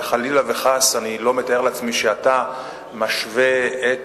וחלילה וחס אני לא מתאר לעצמי שאתה משווה את